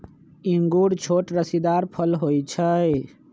इंगूर छोट रसीदार फल होइ छइ